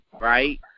right